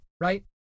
right